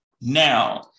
Now